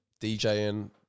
DJing